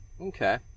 Okay